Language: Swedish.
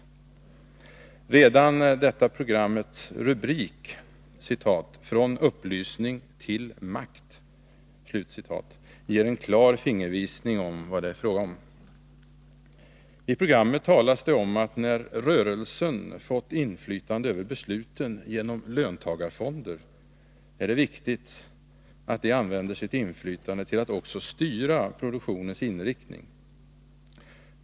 Redan detta programs rubrik ”Från upplysning till makt” ger en klar fingervisning om vad det är fråga om. I programmet talas det om, att när rörelsen fått inflytande över besluten genom löntagarfonder, är det viktigt att den använder sitt inflytande till att också styra produktionens inriktning.